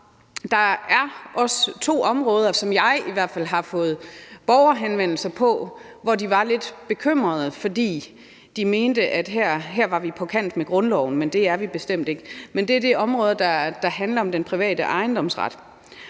Der er også to områder, som jeg i hvert fald har fået borgerhenvendelser på, hvor de var lidt bekymrede, fordi de mente, at her var vi på kant med grundloven. Det er vi bestemt ikke, men det er de områder, der handler om den private ejendomsret.